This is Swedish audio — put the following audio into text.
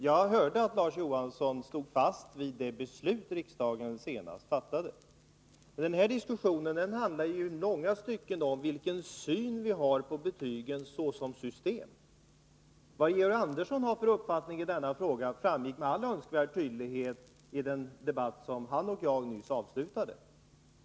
Jag hörde att Larz Johansson står fast vid det beslut riksdagen senast fattade, men den här diskussionen handlar ju i långa stycken om vilken syn vi har på betygen såsom system. Vad Georg Andersson har för uppfattning i denna fråga framgick med all önskvärd tydlighet i den debatt som han och jag nyss avslutade.